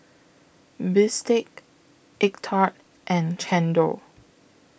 Bistake Egg Tart and Chendol